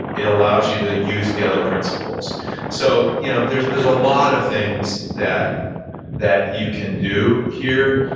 it allows you to use the other principles so you know there's there's a lot of things that that you can do here,